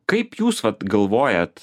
kaip jūs galvojat